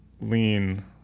lean